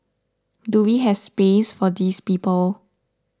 do we have space for these people